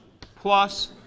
plus